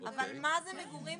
כשירותו וניסיונו,